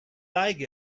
like